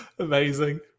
Amazing